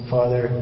Father